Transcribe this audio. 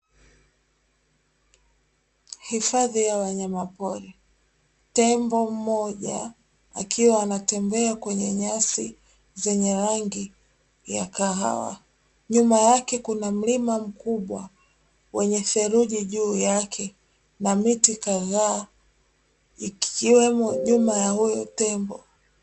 Hifadhi ya wanyama pori. Tembo mmoja akiwa anatembea kwenye nyasi zenye rangi ya kahawa. Nyuma yake kuna mlima mkubwa, wenye theluji juu yake, na miti kadhaa ikiwemo nyuma ya huyo tembo.